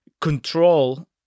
control